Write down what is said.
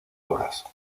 obras